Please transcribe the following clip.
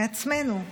מעצמנו.